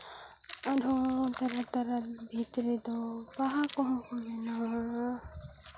ᱟᱨᱦᱚᱸ ᱛᱟᱨᱟ ᱛᱟᱨᱟ ᱵᱷᱤᱛ ᱨᱮᱫᱚ ᱵᱟᱦᱟ ᱠᱚᱦᱚᱸ ᱠᱚ ᱵᱮᱱᱟᱣᱟ